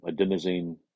adenosine